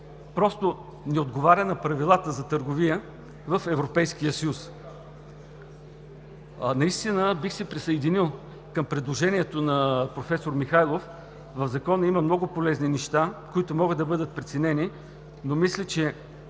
просто не отговаря на правилата за търговия в Европейския съюз. Наистина бих се присъединил към предложението на професор Михайлов. В Закона има много полезни неща, които могат да бъдат преценени, но мисля, че